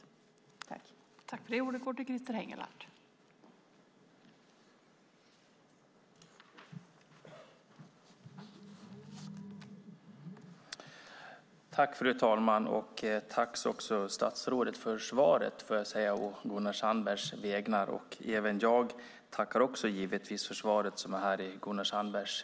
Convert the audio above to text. Då Gunnar Sandberg, som framställt interpellationen, anmält att han var förhindrad att närvara vid sammanträdet medgav tredje vice talmannen att Christer Engelhardt i stället fick delta i överläggningen.